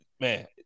man